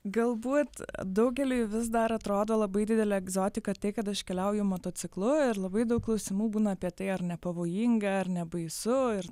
galbūt daugeliui vis dar atrodo labai didelė egzotika tai kad aš keliauju motociklu ir labai daug klausimų būna apie tai ar nepavojinga ar nebaisu ir